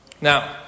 Now